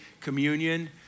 communion